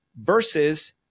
versus